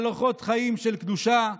על אורחות חיים של קדושה.